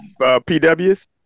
PWs